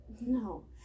No